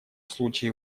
случае